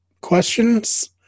questions